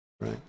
right